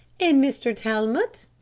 and mr. talmot.